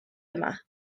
yma